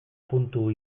puntu